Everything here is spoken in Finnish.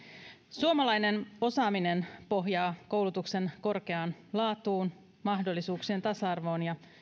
suomalainen osaaminen pohjaa koulutuksen korkeaan laatuun mahdollisuuksien tasa arvoon ja